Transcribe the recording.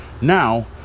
Now